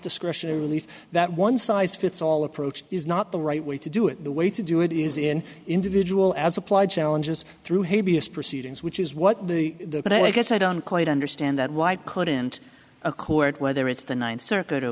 discretionary relief that one size fits all approach is not the right way to do it the way to do it is in individual as applied challenges through his b s proceedings which is what the but i guess i don't quite understand that why couldn't a court whether it's the ninth circuit or